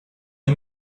des